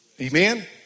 Amen